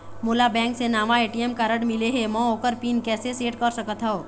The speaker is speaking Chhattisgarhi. मोला बैंक से नावा ए.टी.एम कारड मिले हे, म ओकर पिन कैसे सेट कर सकत हव?